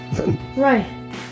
Right